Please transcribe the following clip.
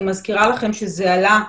אני מזכירה לכם שזה עלה,